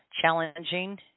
challenging